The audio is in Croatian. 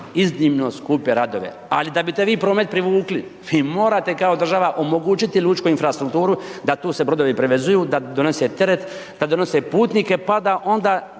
iznimno skupe radove. Ali da bi te vi promet privukli, vi morate kao država omogućiti lučku infrastrukturu da tu se brodovi privezuju, da donose teret, da donose putnike pa da onda